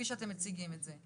כפי שאתם מציגים את זה,